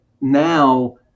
now